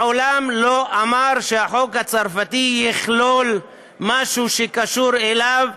מעולם לא אמר שהחוק הצרפתי יכלול משהו שקשור אליו,